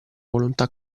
volontà